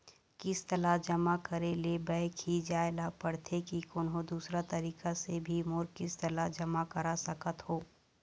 किस्त ला जमा करे ले बैंक ही जाए ला पड़ते कि कोन्हो दूसरा तरीका से भी मोर किस्त ला जमा करा सकत हो?